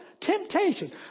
Temptation